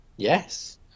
Yes